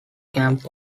camp